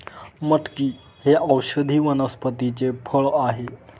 मटकी हे औषधी वनस्पतीचे फळ आहे